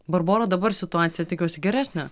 barbora dabar situacija tikiuosi geresnė